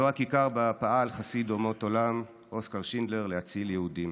זו הכיכר שבה פעל חסיד אומות העולם אוסקר שינדלר להציל יהודים.